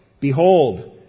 behold